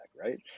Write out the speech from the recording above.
right